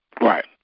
Right